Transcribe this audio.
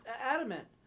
adamant